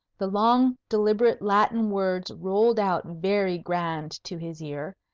the long deliberate latin words rolled out very grand to his ear,